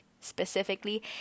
specifically